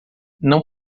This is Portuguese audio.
não